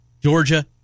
Georgia